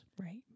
right